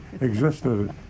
existed